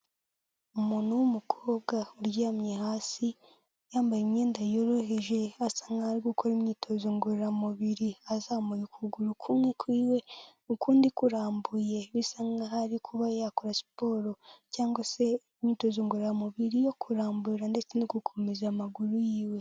Umuntu w'umukobwa uryamye hasi yambaye imyenda yoroheje asa nkaho ari gukora imyitozo ngororamubiri azamuye ukuguru kumwe kwiwe ukundi kurambuye bisa nkaho ari kuba yakora siporo cyangwa se imyitozo ngororamubiri yo kurambura ndetse no gukomeza amaguru yiwe.